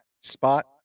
spot